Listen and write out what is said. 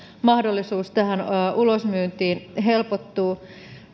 mahdollisuus ulosmyyntiin helpottuu